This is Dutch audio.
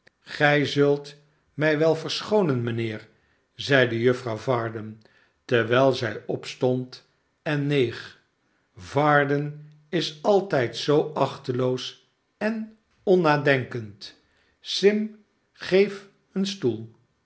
gij zult mij wel verschoonen mynheer zeide juffrouw varden terwijl zij opstond en neeg varden is altijd zoo achteloos en onnadenkend sim geef een stoel